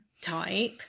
type